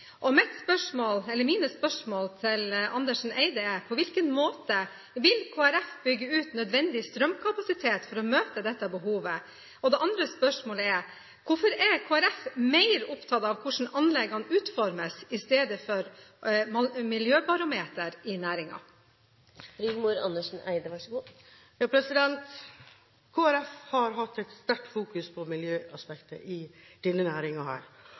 spørsmål til Andersen Eide er: På hvilken måte vil Kristelig Folkeparti bygge ut nødvendig strømkapasitet for å møte dette behovet? Det andre spørsmålet er: Hvorfor er Kristelig Folkeparti mer opptatt av hvordan anleggene utformes, enn av miljøbarometer i næringen? Kristelig Folkeparti har hatt et sterkt fokus på miljøaspektet i denne